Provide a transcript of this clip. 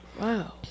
Wow